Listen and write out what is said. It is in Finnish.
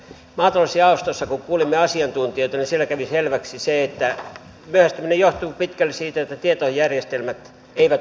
kun maatalousjaostossa kuulimme asiantuntijoita niin siellä kävi selväksi se että myöhästyminen johtuu pitkälti siitä että tietojärjestelmät eivät ole kunnossa